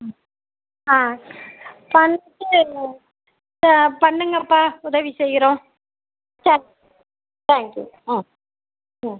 ம் ஆ பண்ணி ஆ பண்ணுங்கப்பா சார் உதவி செய்கிறோம் சரி தேங்க் யூ ஆ ம்